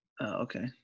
okay